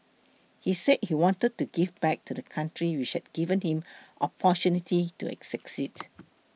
he said he wanted to give back to the country which had given him opportunities to succeed